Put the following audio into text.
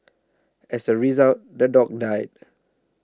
as a result the dog died